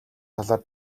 талаар